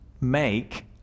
make